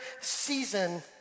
season